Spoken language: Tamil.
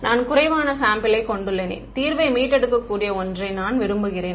நான் குறைவான சாம்பிளை கொண்டுள்ளேன் தீர்வை மீட்டெடுக்கக்கூடிய ஒன்றை நான் விரும்புகிறேன்